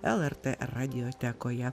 lrt radiotekoje